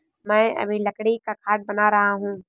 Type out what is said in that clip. मैं अभी लकड़ी का खाट बना रहा हूं